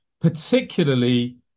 particularly